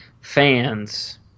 fans